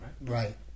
right